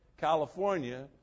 California